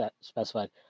specified